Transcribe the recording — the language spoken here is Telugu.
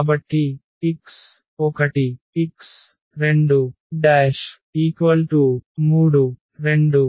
కాబట్టి x1 x2 3 2 7 2